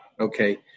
okay